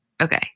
Okay